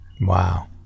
Wow